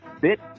Bit